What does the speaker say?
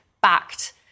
backed